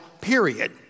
period